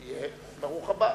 יהיה, ברוך הבא.